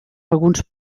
alguns